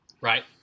Right